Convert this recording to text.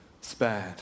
spared